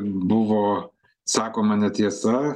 buvo sakoma netiesa